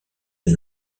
une